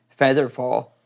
Featherfall